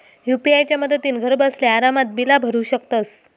UPI च्या मदतीन घरबसल्या आरामात बिला भरू शकतंस